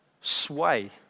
sway